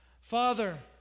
Father